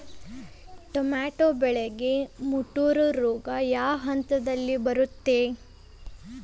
Tomato ಬೆಳೆಗೆ ಮುಟೂರು ರೋಗ ಯಾವ ಹಂತದಲ್ಲಿ ಬರುತ್ತೆ?